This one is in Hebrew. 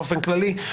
באופן כללי.